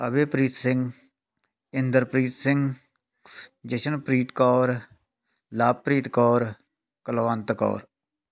Abhaypreet Singh Inderpreet Singh Jashanpreet Kaur Lovepreet Kaur Kulwant Kaur